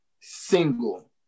single